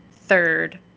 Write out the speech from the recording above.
third